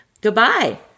goodbye